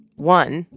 one,